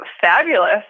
fabulous